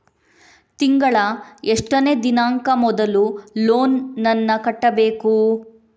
ತಿಂಗಳ ಎಷ್ಟನೇ ದಿನಾಂಕ ಮೊದಲು ಲೋನ್ ನನ್ನ ಕಟ್ಟಬೇಕು?